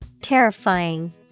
Terrifying